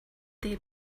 they